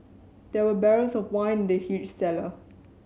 there were barrels of wine in the huge cellar